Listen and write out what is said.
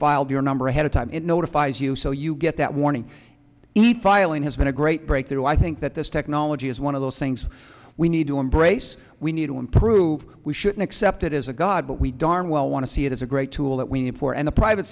filed your number ahead of time it notifies you so you get that warning eat filing has been a great breakthrough i think that this technology is one of those things we need to embrace we need to improve we should accept it as a god but we darn well want to see it as a great tool that we need for and the private